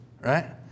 right